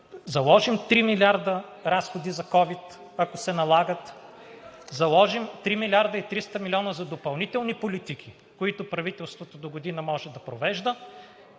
заложим 3 млрд. лв. разходи за COVID, ако се налагат, заложим 3 млрд. 300 млн. лв. за допълнителни политики, които правителството догодина може да провежда,